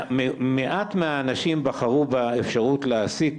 מעט מהאנשים בחרו באפשרות להעסיק,